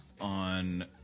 on